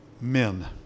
men